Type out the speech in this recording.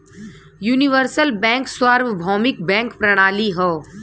universal bank सार्वभौमिक bank प्रणाली हौ